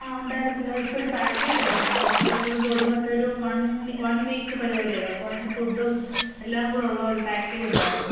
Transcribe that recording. ആ ഉണ്ടായിരുന്നല്ലോ ഇപ്പോൾ ഒരു പാക്കേജ് ഉണ്ട് ഞങ്ങൾക്ക് ഇപ്പോൾ full body massage one one week പരിപാടിയാണ് അത് അപ്പോൾ അതിനകത്ത് ഫുഡും എല്ലാം കൂടെ ഉള്ള ഒരു പാക്കേജ് ഉണ്ടായിരുന്നു